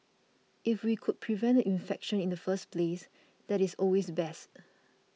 if we could prevent the infection in the first place that is always best